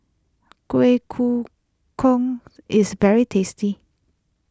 Kuih Koo Kong is very tasty